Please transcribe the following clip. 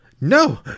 No